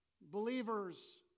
Believers